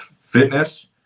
fitness